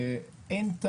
שאין את